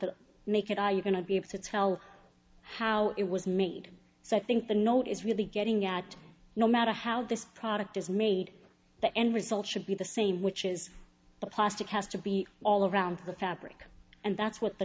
the naked eye you going to be able to tell how it was made so i think the note is really getting at no matter how this product is made the end result should be the same which is the plastic has to be all around the fabric and that's what the